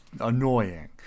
annoying